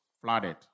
flooded